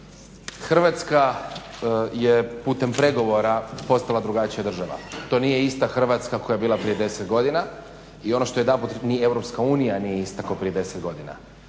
Hrvatska je putem pregovora postala drugačija država. To nije ista Hrvatska koja je bila prije 10 godina i EU nije ista kao prije 10 godina.